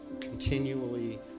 continually